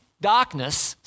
darkness